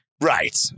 Right